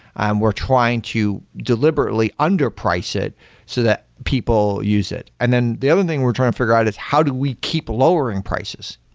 um we're trying to deliberately underprice it so that people use it. and then the other thing we're trying to figure out is how do we keep lowering prices.